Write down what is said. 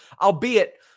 Albeit